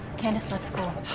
candace left school.